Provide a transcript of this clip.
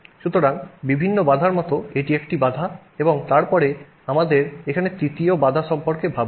সুতরাং বিভিন্ন বাধার মধ্যে এটি একটি বাধা এবং তারপরে আমাদের এখানে তৃতীয় বাধা সম্পর্কে ভাববো